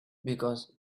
because